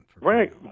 Right